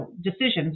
decisions